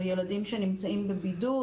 או ילדים שנמצאים בבידוד,